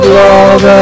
love